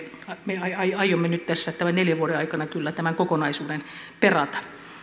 me aiomme nyt tässä tämän neljän vuoden aikana kyllä tämän kokonaisuuden perata